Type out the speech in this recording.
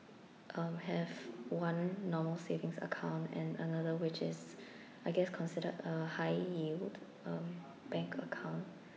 um have one normal savings account and another which is I guess considered a high yield um bank account